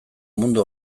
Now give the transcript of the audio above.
mundu